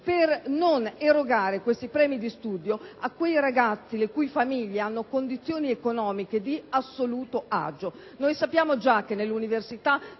per non erogare i premi di studio a quei ragazzi le cui famiglie hanno condizioni economiche di assoluto agio. Sappiamo infatti che nell’universitaesiste